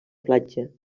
platja